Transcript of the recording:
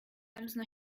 czasem